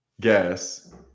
guess